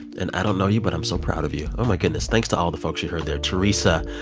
and i don't know you, but i'm so proud of you. oh, my goodness. thanks to all the folks you heard there theresa,